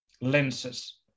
lenses